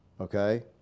Okay